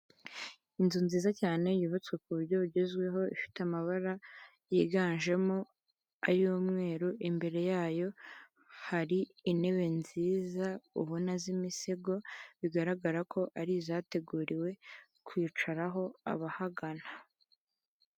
Inzu nziza cyane yubatswe ku buryo bugezweho, ifite amabara yiganjemo ay'umweru, imbere yayo hari intebe nziza ubona z'imisego, bigaragara ko ari izateguriwe kwicaraho abahagana.